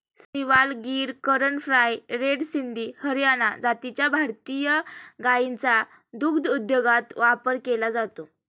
Sahiwal, Gir, Karan Fries, red Sindhi, Haryana जातीच्या भारतीय गायींचा दुग्धोद्योगात वापर केला जातो